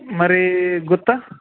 మరి గుత్త